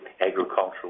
agricultural